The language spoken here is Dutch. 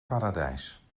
paradijs